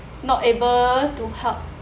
not able to help